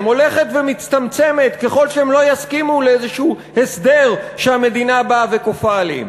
הולכת ומצטמצמת ככל שהם לא יסכימו לאיזה הסדר שהמדינה באה וכופה עליהם.